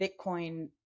Bitcoin